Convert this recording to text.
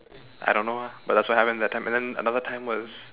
I don't know eh but that's what happened that time and then another time was